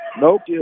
Nope